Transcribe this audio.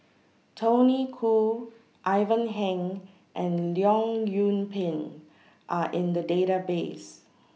Tony Khoo Ivan Heng and Leong Yoon Pin Are in The Database